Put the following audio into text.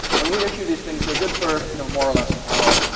when we issue these things, they're good for you know more or less an hour.